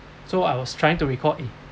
so I was trying to recall eh